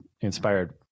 inspired